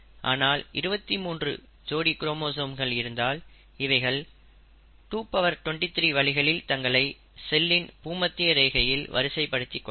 ஆனால் 23 ஜோடி குரோமோசோம்கள் இருந்தால் அவைகள் 223 வழிகளில் தங்களை செல்லின் பூமத்திய ரேகையில் வரிசைப்படுத்திக் கொள்ளலாம்